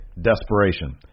desperation